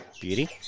Beauty